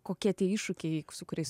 kokie tie iššūkiai su kuriais